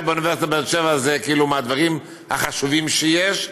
באוניברסיטת באר שבע זה כאילו מהדברים החשובים שיש,